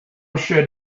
should